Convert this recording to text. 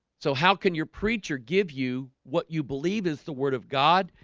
so how can your preacher give you what you believe is the word of god,